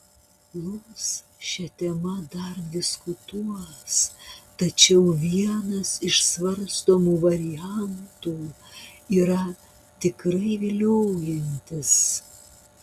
lūs šia tema dar diskutuos tačiau vienas iš svarstomų variantų yra tikrai viliojantis